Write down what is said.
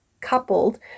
coupled